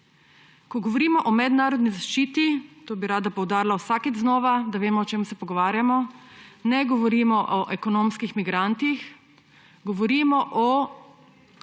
Ko govorimo o mednarodni zaščiti, to bi rada poudarila vsakič znova, da vemo, o čem se pogovarjamo, ne govorimo o ekonomskih migrantih; govorimo o